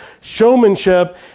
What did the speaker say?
showmanship